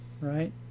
Right